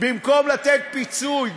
במקום לתת פיצוי,